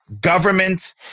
government